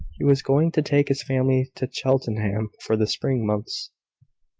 he was going to take his family to cheltenham for the spring months.